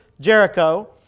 Jericho